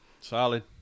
Solid